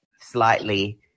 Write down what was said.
slightly